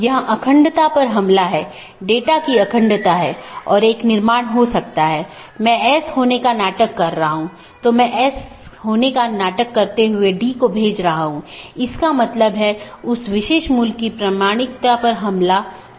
किसी भी ऑटॉनमस सिस्टमों के लिए एक AS नंबर होता है जोकि एक 16 बिट संख्या है और विशिष्ट ऑटोनॉमस सिस्टम को विशिष्ट रूप से परिभाषित करता है